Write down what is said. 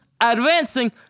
advancing